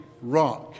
rock